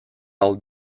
all